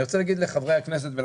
אני רוצה להגיד לחברי הכנסת,